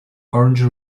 origin